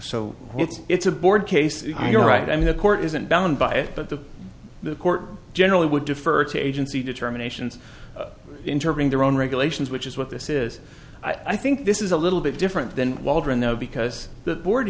it's it's a board case if you're right i mean the court isn't bound by it but the the court generally would defer to agency determinations intervening their own regulations which is what this is i think this is a little bit different than waldron though because the board